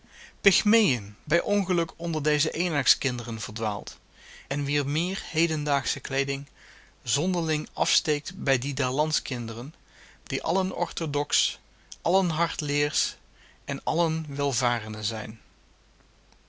pygmeeën bij ongeluk onder deze enakskinderen verdwaald en wier meer hedendaagsche kleeding zonderling afsteekt bij die der landskinderen die allen orthodox allen hardleersch en allen welvarende zijn